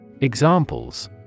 Examples